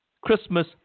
Christmas